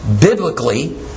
Biblically